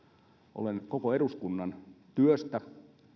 olen koko eduskunnan työstä